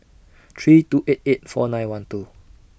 three two eight eight four nine one two